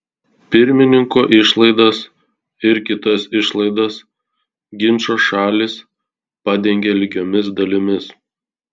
pirmininko išlaidas ir kitas išlaidas ginčo šalys padengia lygiomis dalimis